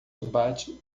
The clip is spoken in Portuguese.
bate